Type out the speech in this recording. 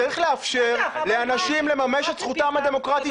צריך לאפשר לאנשים לממש את זכותם הדמוקרטית